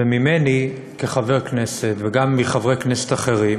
וממני, כחבר כנסת, וגם מחברי כנסת אחרים,